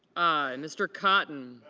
mr. cotton